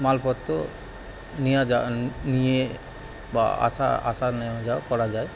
মালপত্র নেওয়া যাওয়া নিয়ে বা আসা আসা নেওয়া যাওয়া করা যায়